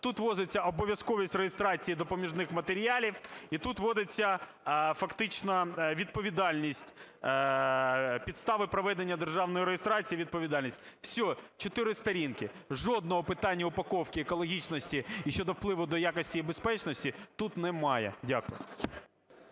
тут вводиться обов'язковість реєстрації допоміжних матеріалів і тут вводиться фактично відповідальність, підстави проведення державної реєстрації і відповідальність - все, чотири сторінки. Жодного питання упаковки, екологічності і щодо впливу до якості і безпечності тут немає. Дякую.